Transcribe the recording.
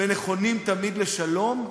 ונכונים תמיד לשלום,